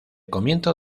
comienzo